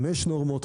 חמש נורמות,